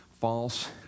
false